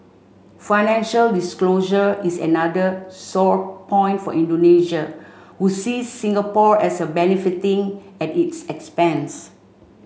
financial disclosure is another sore point for Indonesia who see Singapore as a benefiting at its expense